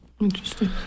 Interesting